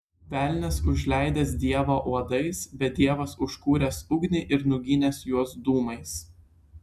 velnias užleidęs dievą uodais bet dievas užkūręs ugnį ir nuginęs juos dūmais